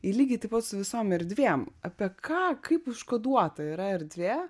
ir lygiai taip pat su visom erdvėm apie ką kaip užkoduota yra erdvė